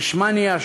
לישמניה,